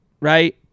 Right